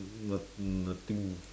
not~ nothing